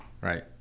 right